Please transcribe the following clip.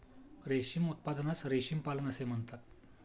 रेशीम उत्पादनास रेशीम पालन असे म्हणतात